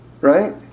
right